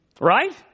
Right